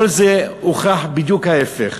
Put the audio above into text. כל זה הוכח בדיוק ההפך.